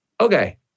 Okay